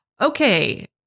Okay